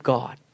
God